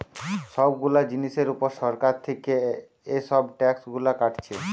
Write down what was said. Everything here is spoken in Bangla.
সব গুলা জিনিসের উপর সরকার থিকে এসব ট্যাক্স গুলা কাটছে